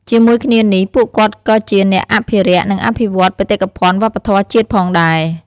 ជាមួយគ្នានេះ ពួកគាត់ក៏ជាអ្នកអភិរក្ស និងអភិវឌ្ឍបេតិកភណ្ឌវប្បធម៌ជាតិផងដែរ។